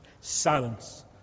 Silence